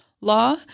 law